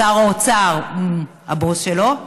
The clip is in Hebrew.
שר האוצר הבוס שלו.